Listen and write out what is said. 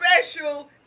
special